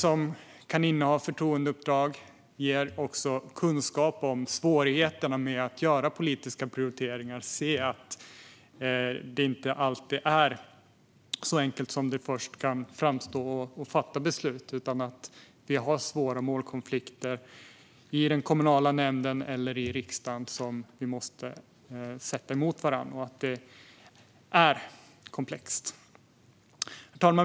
Om fler kan inneha förtroendeuppdrag kommer också fler att få kunskap om svårigheten med att göra politiska prioriteringar och se att det inte alltid är så enkelt att fatta beslut som det först kan framstå. Vi har svåra målkonflikter i den kommunala nämnden eller i riksdagen som vi måste ställa mot varandra. Det är komplext. Herr talman!